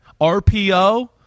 rpo